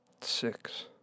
six